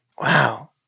Wow